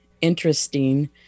interesting